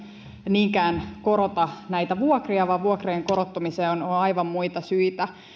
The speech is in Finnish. niinkään korota vuokria vaan vuokrien korottamiseen on aivan muita syitä